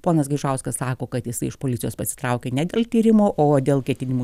ponas gaižauskas sako kad jisai iš policijos pasitraukė ne dėl tyrimo o dėl ketinimų